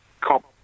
cop